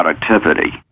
productivity